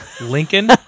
Lincoln